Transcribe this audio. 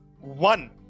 one